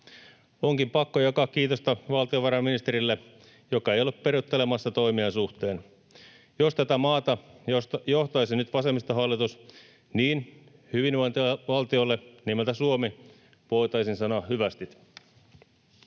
Onkin pakko jakaa kiitosta valtiovarainministerille, joka ei ole peruuttelemassa toimien suhteen. Jos tätä maata johtaisi nyt vasemmistohallitus, niin hyvinvointivaltiolle nimeltä Suomi voitaisiin sanoa hyvästit.